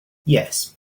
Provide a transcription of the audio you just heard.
yes